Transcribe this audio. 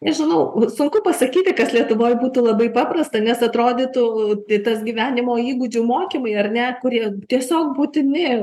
nežinau sunku pasakyti kas lietuvoj būtų labai paprasta nes atrodytų tai tas gyvenimo įgūdžių mokymai ar ne kurie tiesiog būtini